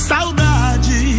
Saudade